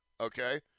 Okay